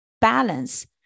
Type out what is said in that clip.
balance